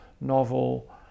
novel